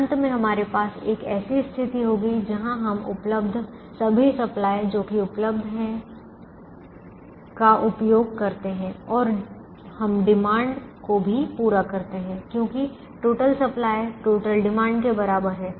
अंत में हमारे पास एक ऐसी स्थिति होगी जहां हम उपलब्ध सभी सप्लाई जो कि उपलब्ध है का उपयोग करते हैं और हम डिमांड को भी पूरा करते हैं क्योंकि टोटल सप्लाई टोटल डिमांड के बराबर है